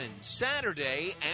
Saturday